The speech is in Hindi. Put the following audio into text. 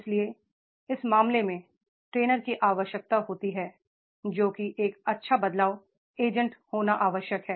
इसलिए इस मामले में ट्रेनर की आवश्यकता होती हैजोकि एक अच्छा बदलाव एजेंट होना आवश्यक है